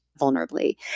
vulnerably